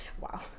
Wow